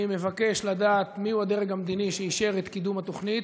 אני מבקש לדעת מיהו הדרג המדיני שאישר את קידום התוכנית.